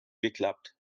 geklappt